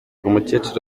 umukecuru